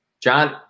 John